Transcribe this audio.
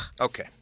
Okay